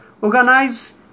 Organize